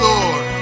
Lord